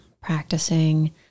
Practicing